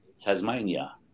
Tasmania